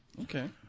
Okay